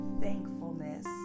thankfulness